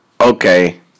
Okay